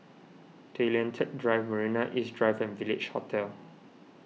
Tay Lian Teck Drive Marina East Drive and Village Hotel